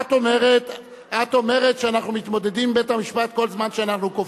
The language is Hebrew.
את אומרת שאנחנו מתמודדים עם בית-המשפט כל זמן שאנחנו כובשים.